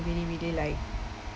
really really like